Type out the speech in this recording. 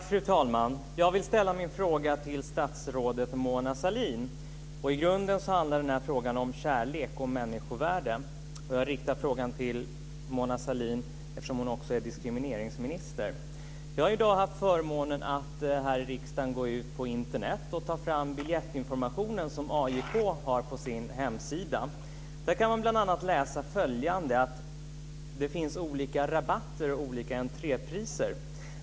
Fru talman! Jag vill ställa min fråga till statsrådet Mona Sahlin. I grunden handlar frågan om kärlek och människovärde. Jag riktar frågan till Mona Sahlin eftersom hon också är diskrimineringsminister. Jag har i dag haft förmånen att här i riksdagen gå ut på Internet och ta fram biljettinformationen som AIK har på sin hemsida. Där går det bl.a. att läsa om olika rabatter och entrépriser.